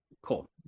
Cool